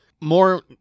More